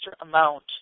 amount